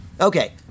Okay